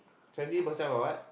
twenty percent of what